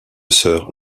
sir